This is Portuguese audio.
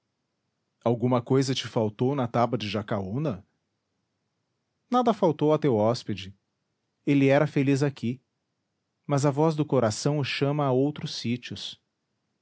alguma cousa te faltou na taba de jacaúna nada faltou a teu hóspede ele era feliz aqui mas a voz do coração o chama a outros sítios